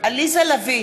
עליזה לביא,